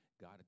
God